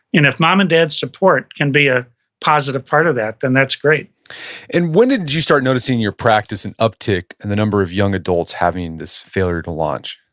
and if mom and dad support can be a positive part of that, then that's great and when did you start noticing in your practice an uptick in the number of young adults having this failure to launch?